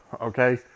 okay